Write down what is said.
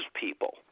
people